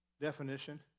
definition